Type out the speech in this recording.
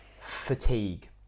Fatigue